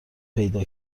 پیدا